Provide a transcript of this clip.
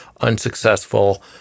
unsuccessful